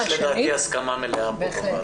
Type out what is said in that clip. על זה לדעתי יש פה הסכמה מלאה פה בוועדה.